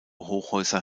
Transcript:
hochhäuser